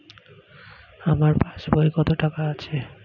আমার পাস বইয়ে কত টাকা আছে?